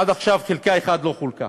עד עכשיו חלקה אחת לא חולקה.